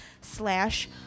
slash